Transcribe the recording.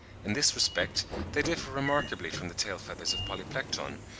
in this respect they differ remarkably from the tail-feathers of polyplectron,